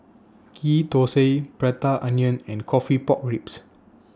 Ghee Thosai Prata Onion and Coffee Pork Ribs